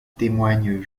témoignent